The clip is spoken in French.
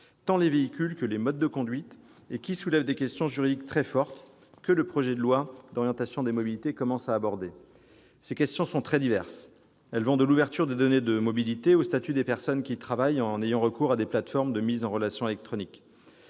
tant les véhicules que les modes de conduite, et qui soulève des questions juridiques très fortes que le projet de loi d'orientation des mobilités commence à aborder. Ces questions sont très diverses. Elles vont de l'ouverture des données de mobilité au statut des personnes qui travaillent en ayant recours à des plateformes de mise en relation électronique.